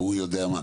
ההוא יודע מה.